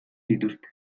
dituzte